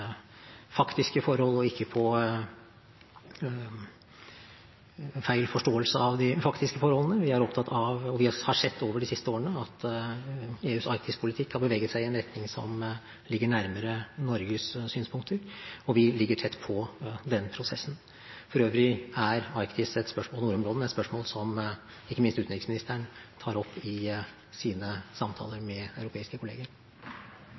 faktiske forhold og ikke på feil forståelse av de faktiske forholdene. Vi har de siste årene sett at EUs Arktis-politikk har beveget seg i en retning som ligger nærmere Norges synspunkter, og vi ligger tett på den prosessen. For øvrig er spørsmål om Arktis og nordområdene spørsmål som ikke minst utenriksministeren tar opp i samtaler med sine europeiske